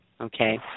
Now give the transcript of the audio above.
okay